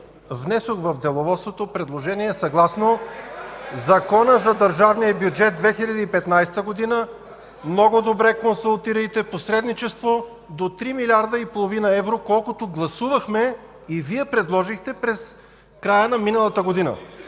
внесох в Деловодството предложения съгласно Закона за държавния бюджет 2015 г. Много добре консултирайте – посредничество до 3,5 млрд. евро, колкото гласувахме и Вие предложихте в края на миналата година.